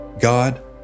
God